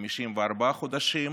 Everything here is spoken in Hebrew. ל-54 חודשים,